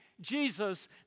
Jesus